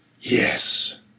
Yes